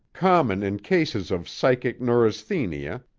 common in cases of psychic neurasthenia,